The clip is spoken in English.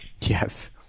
Yes